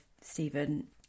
Stephen